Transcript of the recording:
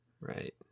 right